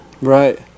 Right